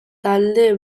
talde